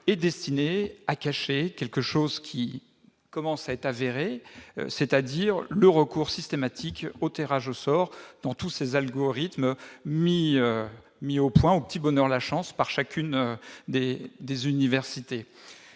est destiné à cacher quelque chose qui commence à être avéré, c'est-à-dire le recours systématique au tirage au sort dans ces algorithmes mis au point au petit bonheur la chance par chacune des universités.